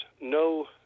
no